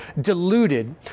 deluded